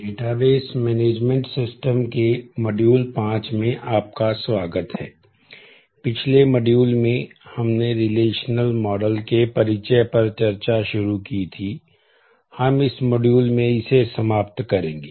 database management system में इसे समाप्त करेंगे